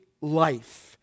life